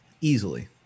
easily